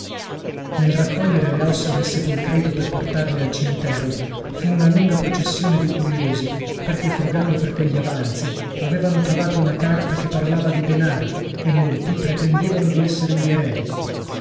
nel raccogliere le ossa del sepolcreto per portarle al cimitero fu una lunga processione di curiosi perchè frugando fra quegli avanzi avevano trovato una carta che parlava di denari e molti pretendevano di essere gli eredi